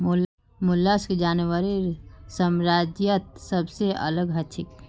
mollusc जानवरेर साम्राज्यत सबसे अलग हछेक